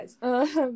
guys